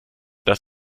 das